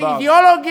בשם איזה אידיאולוגיה,